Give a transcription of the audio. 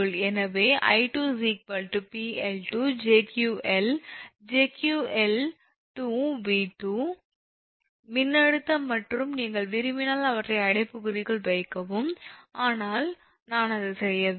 எனவே 𝑖2 𝑃𝐿2 𝑗𝑄𝐿 𝑗𝑄𝐿2𝑉2 ∗ மின்னழுத்தம் மற்றும் நீங்கள் விரும்பினால் அவற்றை அடைப்புக்குறிக்குள் வைக்கவும் ஆனால் நான் அதை செய்யவில்லை